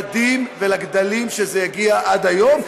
לממדים ולגדלים שזה הגיע עד היום,